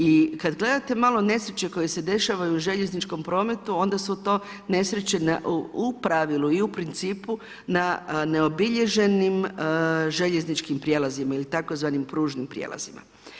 I kada gledate malo nesreće koje se dešavaju u željezničkom prometu onda su to nesreće u pravilu i u principu na neobilježenim željezničkim prijelazima ili tzv. pružnim prijelazima.